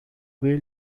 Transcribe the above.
wheel